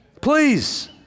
Please